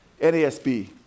NASB